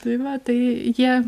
tai va tai jie